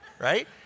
Right